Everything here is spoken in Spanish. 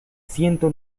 ciento